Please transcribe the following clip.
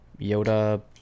yoda